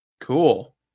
Cool